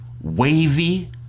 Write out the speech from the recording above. wavy